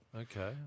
Okay